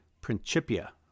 Principia